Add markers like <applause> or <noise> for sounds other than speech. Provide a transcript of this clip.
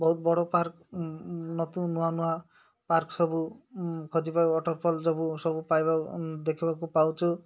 ବହୁତ ବଡ଼ ପାର୍କ <unintelligible> ନୂଆ ନୂଆ ପାର୍କ ସବୁ ଖୋଜିିବା ୱାଟର୍ଫଲ୍ ସବୁ ସବୁ ପାଇବା ଦେଖିବାକୁ ପାଉଛୁ